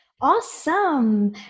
awesome